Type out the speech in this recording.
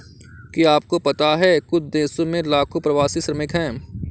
क्या आपको पता है कुछ देशों में लाखों प्रवासी श्रमिक हैं?